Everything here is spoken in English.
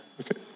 okay